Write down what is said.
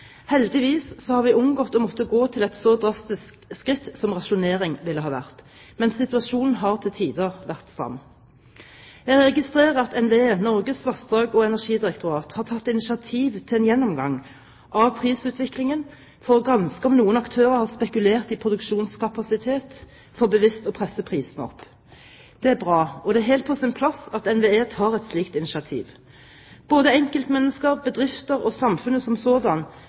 Heldigvis har vi unngått å måtte gå til et så drastisk skritt som rasjonering ville ha vært, men situasjonen har til tider vært stram. Jeg registrerer at NVE – Norges vassdrags- og energidirektorat – har tatt initiativ til en gjennomgang av prisutviklingen for å granske om noen aktører har spekulert i produksjonskapasitet for bevisst å presse prisene opp. Det er bra, og det er helt på sin plass at NVE tar et slikt initiativ. Både enkeltmennesker, bedrifter og samfunnet som sådan